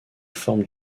forme